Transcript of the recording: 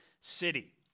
city